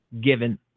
given